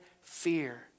fear